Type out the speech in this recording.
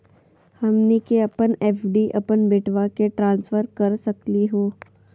हमनी के अपन एफ.डी अपन बेटवा क ट्रांसफर कर सकली हो?